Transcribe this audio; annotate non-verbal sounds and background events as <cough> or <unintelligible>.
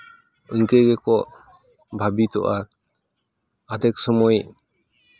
ᱤᱱᱠᱟᱹ ᱜᱮᱠᱚ ᱵᱷᱟᱹᱵᱤᱛᱚᱜᱼᱟ ᱟᱛᱮᱱ <unintelligible> ᱥᱚᱢᱚᱭ